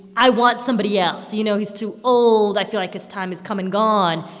i want somebody else. you know, he's too old. i feel like his time has come and gone.